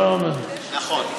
נכון.